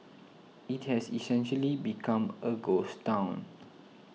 it has essentially become a ghost town